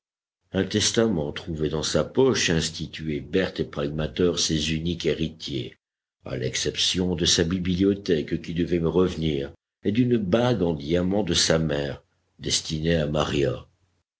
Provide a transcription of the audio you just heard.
un testament trouvé dans sa poche instituait berthe et pragmater ses uniques héritiers à l'exception de sa bibliothèque qui devait me revenir et d'une bague en diamants de sa mère destinée à maria